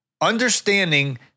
Understanding